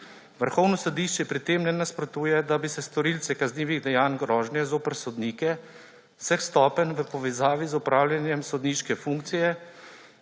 Vrhovno sodišče pri tem ne nasprotuje, da bi se storilce kaznivih dejanj grožnje zoper sodnike vseh stopenj v povezavi z opravljanjem sodniške funkcije